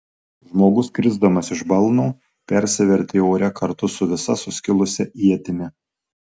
žmogus krisdamas iš balno persivertė ore kartu su visa suskilusia ietimi